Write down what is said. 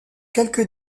quelques